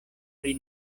pri